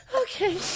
Okay